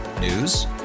News